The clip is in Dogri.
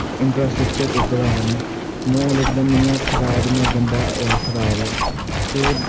इंफ्रास्टैक्चर उध्दर है नी म्हौल इकदम इ'यां खराब इन्ना गंदा खराब ऐ ते